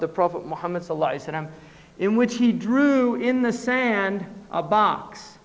i'm in which he drew in the sand box